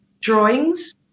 drawings